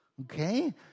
Okay